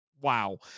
wow